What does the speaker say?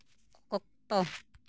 ᱚᱠᱛᱚ